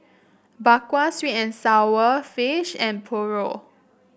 Bak Kwa sweet and sour fish and Paru